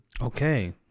Okay